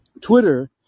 Twitter